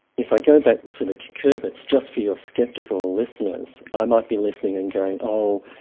if i go back to the cucurbits, just for your sceptical listeners, i might be listening and going, oh,